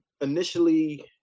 initially